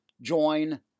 Join